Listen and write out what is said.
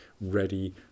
ready